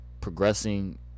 progressing